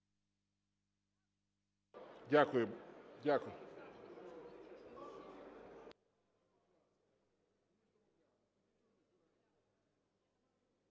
Дякую.